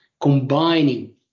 Combining